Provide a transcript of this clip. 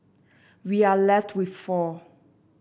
we are left with four